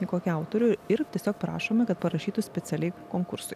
į kokį autorių ir tiesiog prašome kad parašytų specialiai konkursui